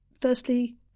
firstly